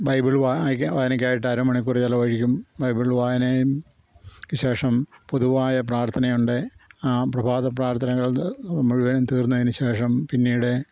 Bible വായ്ക്കാ വായനയ്ക്കായിട്ട് അരമണിക്കൂർ ചെലവഴിക്കും ബൈബിൾ വായനയും ക്ക് ശേഷം പൊതുവായ പ്രാർത്ഥനയുണ്ട് ആ പ്രഭാത പ്രാർത്ഥനകൾത് മുഴുവനും തീർന്നതിനുശേഷം പിന്നീട്